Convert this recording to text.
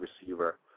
receiver